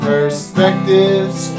Perspectives